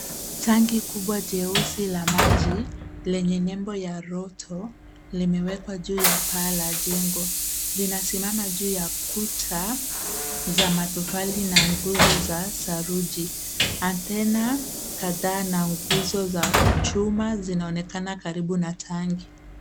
Tangi kubwa jeusi la maji lenye nembo ya roto limewekwa juu ya paa la jengo. Linasimama juu ya kuta za matofali na nguzo za saruji. Antena kadhaa na nguzo za chuma zinaonekana karibu na tangi.